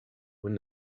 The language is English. when